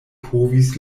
povis